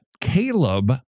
Caleb